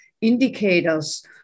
indicators